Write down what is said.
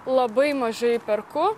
labai mažai perku